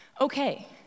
Okay